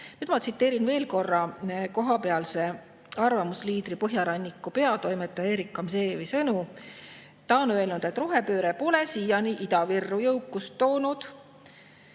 Ma tsiteerin veel korra kohapealse arvamusliidri, Põhjaranniku peatoimetaja Erik Gamzejevi sõnu. Ta on öelnud, et rohepööre pole siiani Ida-Virru jõukust toonud